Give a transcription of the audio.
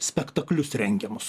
spektaklius rengiamus